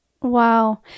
Wow